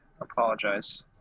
apologize